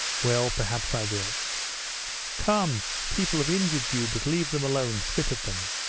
well, perhaps i will come, people have injured you but leave them alone, spit at them!